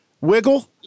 wiggle